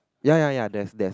ya ya ya there's there's